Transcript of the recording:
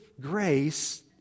grace